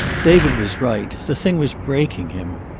david was right, the thing was breaking him.